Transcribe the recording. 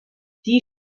die